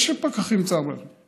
יש פקחים בצער בעלי חיים.